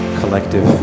collective